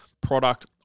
product